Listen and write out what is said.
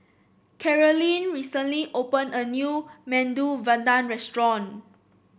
Carolyne recently opened a new Medu Vada Restaurant